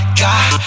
god